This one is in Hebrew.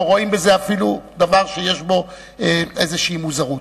או רואים בזה אפילו דבר שיש בו איזושהי מוזרות.